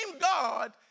God